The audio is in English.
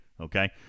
Okay